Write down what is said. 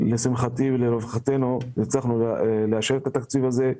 לשמחתי ולרווחתנו הצלחנו לאשר את התקציב הזה.